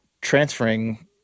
transferring